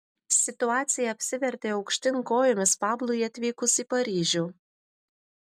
situacija apsivertė aukštyn kojomis pablui atvykus į paryžių